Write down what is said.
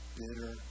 bitter